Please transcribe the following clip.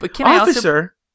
Officer